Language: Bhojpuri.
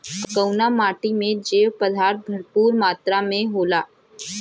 कउना माटी मे जैव पदार्थ भरपूर मात्रा में होला?